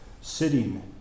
sitting